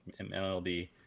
MLB